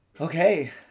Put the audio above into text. Okay